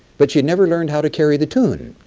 but she never learned how to carry the tune.